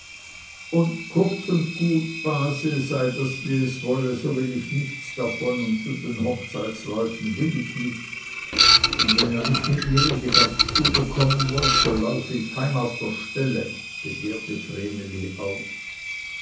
und kurz und gut base sei das wie es wolle so will ich nichts davon und zu den hochzeitleuten will ich nicht und wenn ihr nicht mit mir in die gaststube kommen wollt so laufe ich heim auf der stelle begehrte vreneli auf